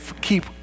keep